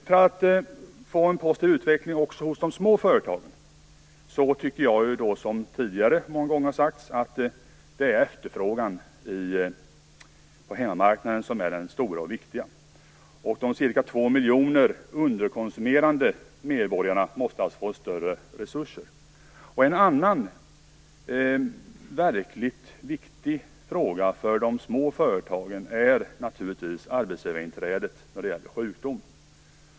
För att de små företagen också skall få en positiv utveckling anser jag, vilket har sagts många gånger tidigare, att det är efterfrågan på hemmamarknaden som är den stora och viktiga. De cirka två miljoner underkonsumerande medborgarna måste alltså få större resurser. En annan verkligt viktig fråga för de små företagen är naturligtvis arbetsgivarinträdet vid sjukdom.